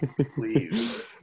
Please